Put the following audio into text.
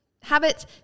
habits